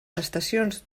estacions